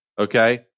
Okay